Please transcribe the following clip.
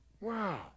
Wow